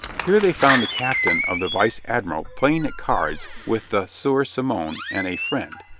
here they found the captain of the vice admiral playing at cards with the sieur simon and a friend,